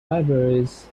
libraries